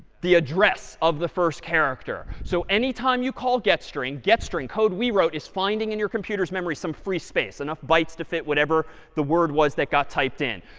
the address of the first character. so anytime you called getstring, getstring code we wrote is finding in your computer's memory some free space, enough bytes to fit whatever the word was that got typed in.